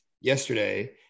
yesterday